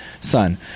son